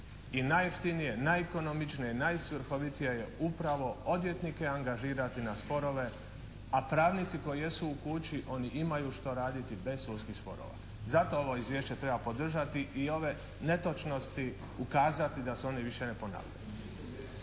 I najjeftinije, najekonomičnije i najsvrhovitije je upravo odvjetnike angažirati na sporove, a pravnici koji jesu u kući oni imaju što raditi bez sudskih sporova. Zato ovo izvješće treba podržati i ove netočnosti ukazati da se one više ne ponavljaju.